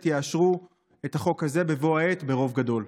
יאשרו את החוק הזה בבוא העת ברוב גדול.